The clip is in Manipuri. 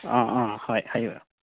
ꯑꯥ ꯑꯥ ꯍꯣꯏ ꯍꯥꯏꯌꯨ